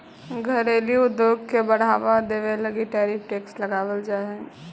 घरेलू उद्योग के बढ़ावा देवे लगी टैरिफ टैक्स लगावाल जा हई